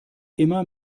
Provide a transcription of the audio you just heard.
immer